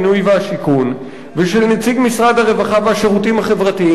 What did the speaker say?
והשיכון ושל נציג משרד הרווחה והשירותים החברתיים,